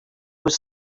was